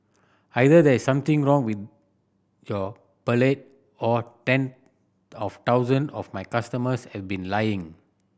either there is something wrong with your palate or ten of thousand of my customers have been lying